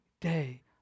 day